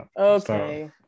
Okay